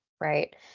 Right